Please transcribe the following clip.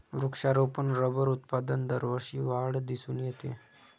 वृक्षारोपण रबर उत्पादनात दरवर्षी वाढ दिसून येते